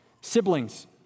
Siblings